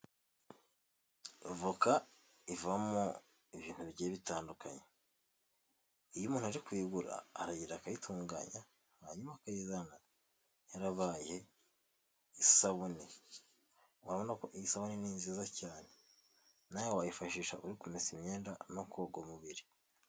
Voka ivamo ibintu bigiye bitandukanye iyo umuntu aje kuyigura aragenda akayitunganya hanyuma akayizana yarabaye isabune wabona ko isabune ni nziza cyane nawe wayifashisha uri kumesa imyenda no koga umubiri.